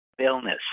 illness